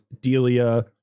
Delia